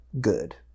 good